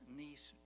niece